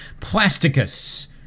Plasticus